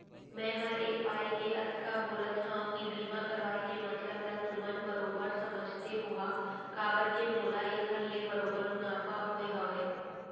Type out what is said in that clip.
मैं हर ए पाय के अतका बोलत हँव कि बीमा करवाय के मतलब ल तुमन बरोबर समझते होहा काबर के मोला एखर ले बरोबर मुनाफा होय हवय